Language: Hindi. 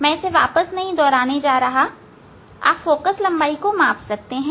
मैं उसे वापस दोहराने नहीं जा रहा आप फोकल लंबाई को माप सकते हैं